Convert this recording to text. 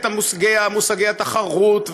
מושגי התחרות,